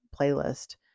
playlist